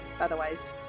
otherwise